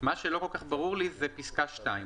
מה שלא ברור לי זו פסקה 2,